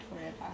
forever